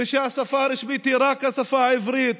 והשפה הרשמית היא רק השפה העברית,